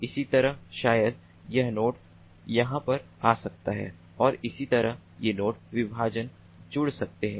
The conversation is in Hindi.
इसी तरह शायद यह नोड यहाँ पर आ सकता है और इसी तरह ये दोनों विभाजन जुड़ सकते हैं